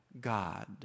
God